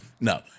no